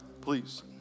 please